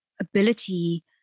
ability